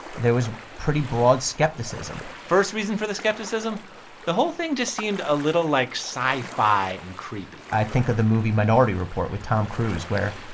there was pretty broad skepticism first reason for the skepticism the whole thing just seemed a little, like, sci-fi and creepy i think of the movie minority report with tom cruise, where,